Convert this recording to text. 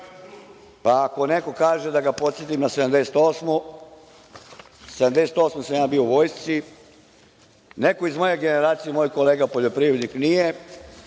pa ako neko kaže, da ga podsetim na 1978. godinu, 1978. godine sam ja bio u vojsci. Neko iz moje generacije, moj kolega poljoprivrednik nije,